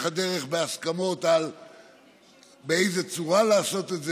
הדרך להסכמות באיזו צורה לעשות את זה,